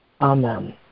Amen